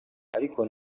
ariko